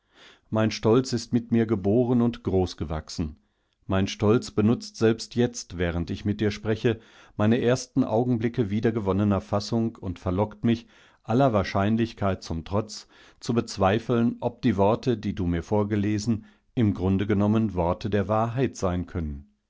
mein stolz ist mit mir geboren und groß gewachsen mein stolz benutzt selbst jetzt während ich mit dir spreche meine ersten augenblicke wiedergewonnener fassung und verlockt mich aller wahrscheinlichkeit zumtrotz zubezweifeln obdieworte diedumirvorgelesen imgrundegenommen worte der wahrheit sein können